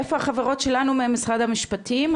איפה החברות שלנו ממשרד המשפטים,